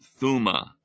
Thuma